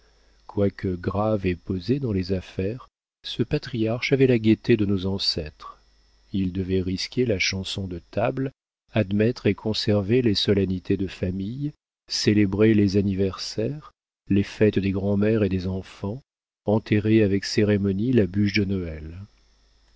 quoique grave et posé dans les affaires ce patriarche avait la gaieté de nos ancêtres il devait risquer la chanson de table admettre et conserver les solennités de famille célébrer les anniversaires les fêtes des grand'mères et des enfants enterrer avec cérémonie la bûche de noël